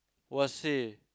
!wahseh!